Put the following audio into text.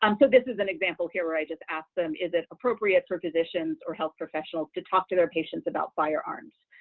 um so this is an example here where i just asked them, is it appropriate for physicians or health professionals to talk to their patients about firearms?